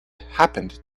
happened